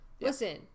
listen